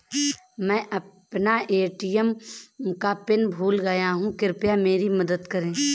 मैं अपना ए.टी.एम का पिन भूल गया हूं, कृपया मेरी मदद करें